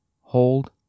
Hold